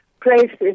places